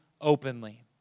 openly